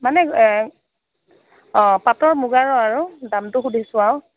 মানে অ পাটৰ মুগাৰৰ আৰু দামটো সুধিছোঁ আৰু